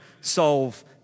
solve